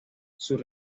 sus